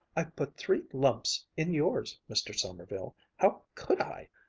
i've put three lumps in yours, mr. sommerville. how could i!